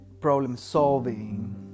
problem-solving